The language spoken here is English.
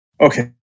Okay